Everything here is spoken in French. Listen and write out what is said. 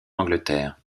angleterre